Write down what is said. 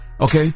okay